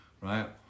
right